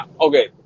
okay